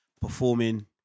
performing